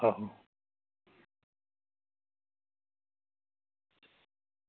आहो